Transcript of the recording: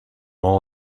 all